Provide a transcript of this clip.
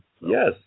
Yes